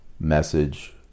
message